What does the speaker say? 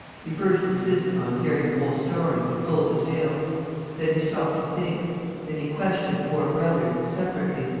he first insisted on hearing the whole story, in full detail then he stopped to think then he questioned the four brothers, separately,